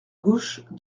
gauche